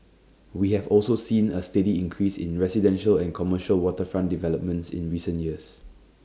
we have also seen A steady increase in residential and commercial waterfront developments in recent years